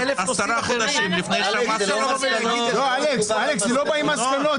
יש אלף נושאים אחרים --- לא בא עם מסקנות,